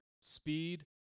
speed